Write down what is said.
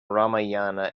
ramayana